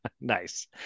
nice